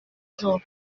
jour